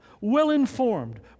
well-informed